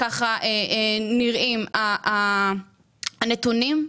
ככה נראים הנתונים,